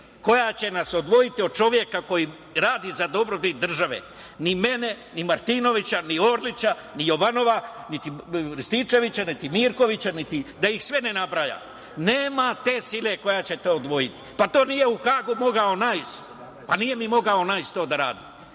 koja će nas odvojiti od čoveka koji radi za dobrobit države, ni mene, ni Martinovića, ni Orlića, ni Jovanova, Rističevića, niti Mirkovića, da ih sve ne nabrajam. Nema te sile koja će nas odvojiti. To nije u Hagu mogao Nais. Nije mogao ni Najs to da radi,